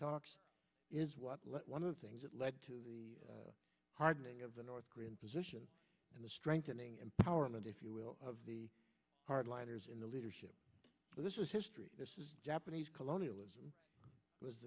talks is what let one of the things that led to the hardening of the north korean position and the strengthening empowerment if you will of the hardliners in the leadership so this is history japanese colonialism